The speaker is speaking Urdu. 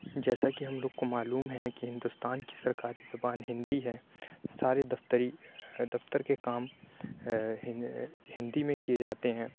جیسا کہ ہم لوگ کو معلوم ہے کے ہندوستان کی سرکاری زبان ہندی ہے سارے دفتری دفتر کے کام ہندی میں کیے جاتے ہیں